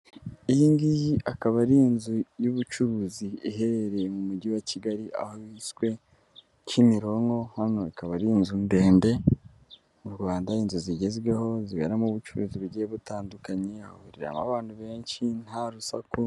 Iyi ngiyi akaba ari inzu y'ubucuruzi, iherereye mu mujyi wa Kigali aho hiswe Kimironko, hano ikaba ari inzu ndende mu Rwanda inzu zigezweho, ziberamo ubucuruzi bugiye butandukanye, hahuriramo abantu benshi nta rusaku.